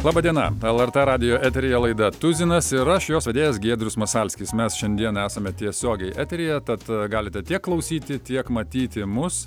laba diena lrt radijo eteryje laida tuzinas ir aš jos vedėjas giedrius masalskis mes šiandien esame tiesiogiai eteryje tad galite tiek klausyti tiek matyti mus